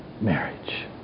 marriage